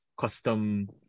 custom